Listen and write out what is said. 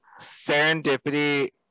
serendipity